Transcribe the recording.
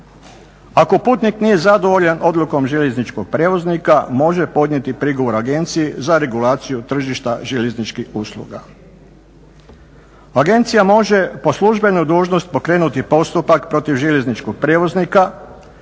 Ako putnik nije zadovoljan odlukom željezničkom prijevoznika može podnijeti prigovor Agenciji za regulaciju tržišta željezničkih usluga. Agencija može po službenoj dužnosti pokrenuti postupak protiv željezničkog prijevoznika,